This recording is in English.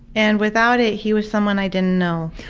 and without it he was someone i didn't know.